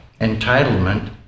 entitlement